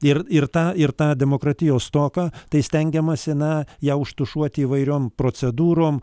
ir ir tą ir tą demokratijos stoką tai stengiamasi na ją užtušuoti įvairiom procedūrom